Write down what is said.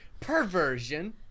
perversion